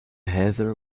heather